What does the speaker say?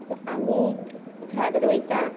आमी झाड रोयतां